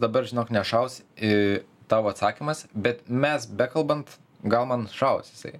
dabar žinok nešaus į tavo atsakymas bet mes bekalbant gal man šaus jisai